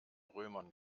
römern